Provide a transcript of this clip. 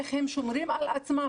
איך הם שומרים על עצמם.